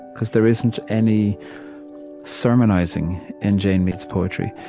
because there isn't any sermonizing in jane mead's poetry.